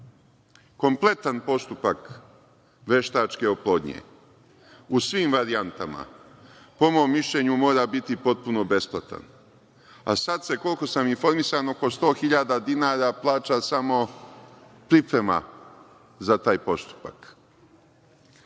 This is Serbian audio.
Kompletan postupak veštačke oplodnje u svim varijantama, po mom mišljenju, mora biti potpuno besplatan, a sada se, koliko sam informisan, oko 100.000 dinara plaća samo priprema za taj postupak. Dakle,